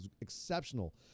exceptional